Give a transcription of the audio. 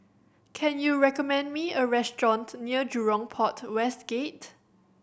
can you recommend me a restaurant near Jurong Port West Gate